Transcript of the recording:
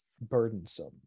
burdensome